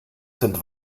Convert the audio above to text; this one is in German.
sind